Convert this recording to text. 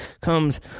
Comes